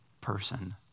person